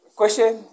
Question